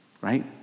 right